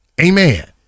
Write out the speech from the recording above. Amen